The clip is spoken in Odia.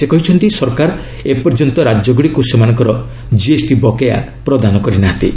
ସେ କହିଛନ୍ତି ସରକାର ଏ ପର୍ଯ୍ୟନ୍ତ ରାଜ୍ୟଗୁଡ଼ିକୁ ସେମାନଙ୍କର ଜିଏସ୍ଟି ବକେୟା ପ୍ରଦାନ କରିନାହାନ୍ତି